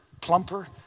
plumper